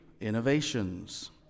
innovations